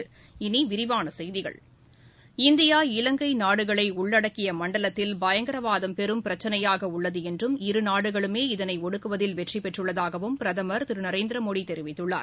இனி விரிவான செய்திகள் இந்தியா இலங்கை நாடுகளை உள்ளடக்கிய மண்டலத்தில் பயங்கரவாதம் பெரும் பிரச்சினையாக உள்ளது என்றும் இரு நாடுகளுமே இதனை ஒடுக்குவதில் வெற்றி பெற்றுள்ளதாகவும் பிரதமர் திரு நரேந்திர மோடி தெரிவித்துள்ளார்